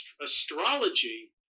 astrology